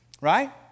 right